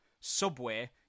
Subway